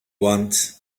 want